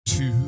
Two